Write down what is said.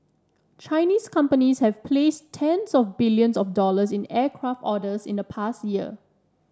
Chinese companies have placed tens of billions of dollars in aircraft orders in the past year